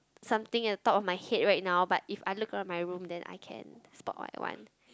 something at the top of my head right now but if I look around my room then I can spot what I want